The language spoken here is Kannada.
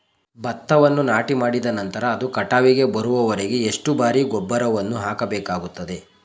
ಭತ್ತವನ್ನು ನಾಟಿಮಾಡಿದ ನಂತರ ಅದು ಕಟಾವಿಗೆ ಬರುವವರೆಗೆ ಎಷ್ಟು ಬಾರಿ ಗೊಬ್ಬರವನ್ನು ಹಾಕಬೇಕಾಗುತ್ತದೆ?